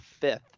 fifth